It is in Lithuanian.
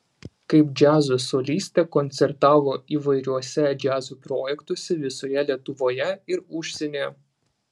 kaip džiazo solistė koncertavo įvairiuose džiazo projektuose visoje lietuvoje ir užsienyje